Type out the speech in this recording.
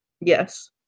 yes